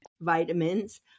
Vitamins